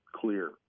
clear